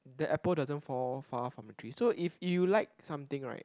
the apple doesn't fall far from the tree so if you like something right